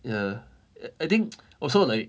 ya I think also like